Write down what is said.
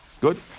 Good